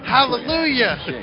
Hallelujah